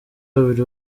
babiri